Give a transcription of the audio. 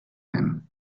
him